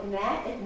Matt